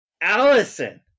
Allison